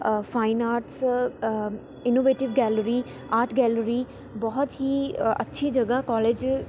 fine arts innovative gallery art gallery ਬਹੁਤ ਹੀ ਅੱਛੀ ਜਗ੍ਹਾ ਕੋਲਜ